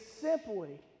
simply